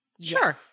Sure